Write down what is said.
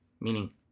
meaning